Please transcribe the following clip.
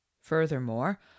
furthermore